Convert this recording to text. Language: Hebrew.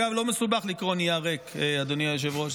אגב, לא מסובך לקרוא נייר ריק, אדוני היושב-ראש.